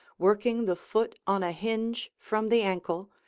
working the foot on a hinge from the ankle,